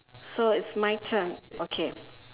so it's my turn okay